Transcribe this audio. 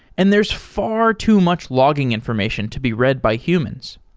and there's far too much logging information to be read by humans.